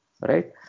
right